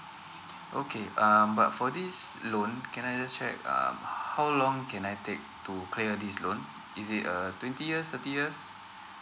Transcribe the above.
okay um but for this loan can I just check uh how long can I take to clear this loan is it uh twenty years thirty years